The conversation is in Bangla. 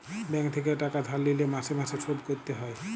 ব্যাঙ্ক থেকে টাকা ধার লিলে মাসে মাসে শোধ করতে হয়